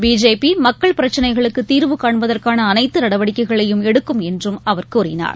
பிஜேபிமக்கள் பிரச்சினைகளுக்குதீர்வு காண்பதற்கானஅனைத்துநடவடிக்கைகளையும் எடுக்கும் என்றும் அவர் கூறினார்